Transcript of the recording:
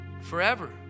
Forever